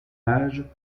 âge